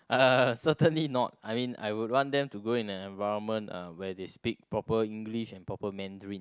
uh certainly not I mean I would want them to grow in an environment uh where they speak proper English and proper Mandarin